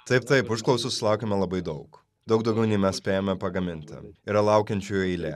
taip taip užklausų sulaukiame labai daug daug daugiau nei mes spėjame pagaminti yra laukiančiųjų eilė